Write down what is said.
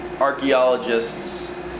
archaeologists